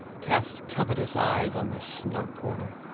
cast covetous eyes on this snug corner,